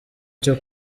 cyo